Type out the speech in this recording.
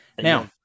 Now